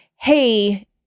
hey